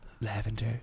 lavender